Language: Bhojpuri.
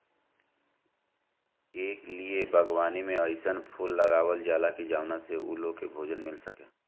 ए लिए इ बागवानी में अइसन फूल लगावल जाला की जवना से उ लोग के भोजन मिल सके